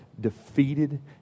defeated